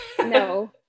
no